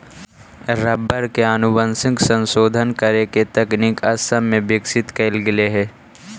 rubber के आनुवंशिक संशोधन करे के तकनीक असम में विकसित कैल गेले हई